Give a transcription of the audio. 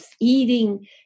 eating